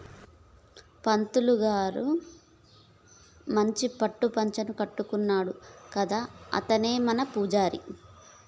పంతులు గారు మంచి పట్టు పంచన కట్టుకున్నాడు కదా అతనే మన పూజారి